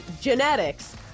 genetics